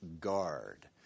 guard